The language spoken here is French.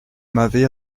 m’avez